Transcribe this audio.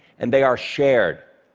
and they are shared.